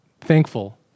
thankful